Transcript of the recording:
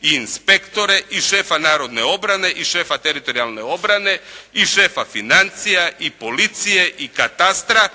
i inspektore i šefa narodne obrane i šefa teritorijalne obrane i šefa financija i policije i katastra.